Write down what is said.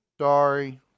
sorry